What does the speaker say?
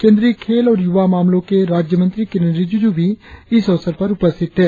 केंद्रीय खेल और युवा मामलों के राज्य मंत्री किरेन रिजिजू भी इस अवसर पर उपस्थित थे